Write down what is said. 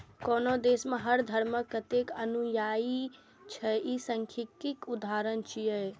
कोनो देश मे हर धर्मक कतेक अनुयायी छै, ई सांख्यिकीक उदाहरण छियै